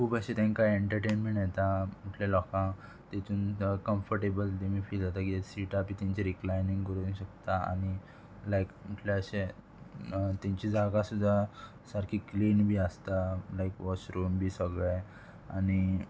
खूब अशें तेंकां एन्टरटेनमेंट येता म्हटल्या लोकांक तेतून कम्फटेबल तेमी फील जाता की सिटा बी तेंची रिक्लायनींग करूंक शकता आनी लायक म्हटल्यार अशे तेंची जागा सुद्दां सारकी क्लीन बी आसता लायक वॉशरूम बी सगळे आनी